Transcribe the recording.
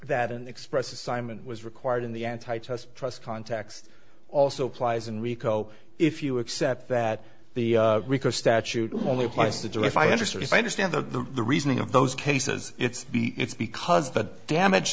that an express assignment was required in the antitrust trust context also applies in rico if you accept that the rico statute only applies to do if i understand you understand the reasoning of those cases it's it's because the damage